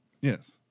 Yes